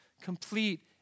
Complete